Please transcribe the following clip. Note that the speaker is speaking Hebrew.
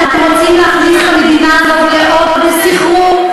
אתם רוצים להכניס את המדינה הזאת לעוד סחרור?